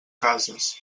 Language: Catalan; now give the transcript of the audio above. cases